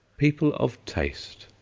people of taste,